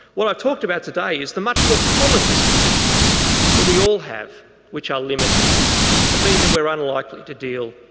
what i talked about today is the much more common dispositions that we all have which are limited that mean that we're unlikely to deal,